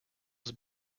was